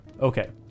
Okay